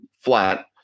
flat